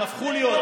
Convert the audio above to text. הם הפכו להיות,